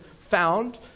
found